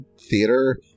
theater